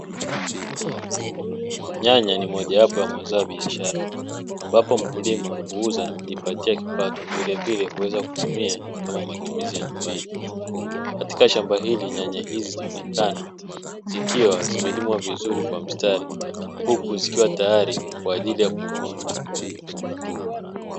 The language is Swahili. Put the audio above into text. Nyanya ni moja wapo ya mazao ya biashara ambapo mkulima huuza na kujipatia kipato vilevile huweza kutumia kama matumizi ya nyumbani, katika shamba hili nyanya hizi zinaonekana zikiwa zimelimwa vizuri kwa mstari huku zikiwa tayari kwa ajili ya kuvunwa.